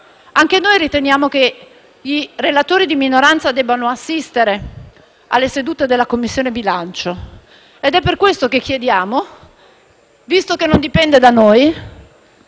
anche noi riteniamo che i relatori di minoranza debbano assistere alle sedute della Commissione bilancio. È per questo motivo che avanziamo una proposta. Non dipende da noi